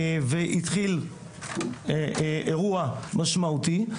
והתחיל ארוע משמעותי.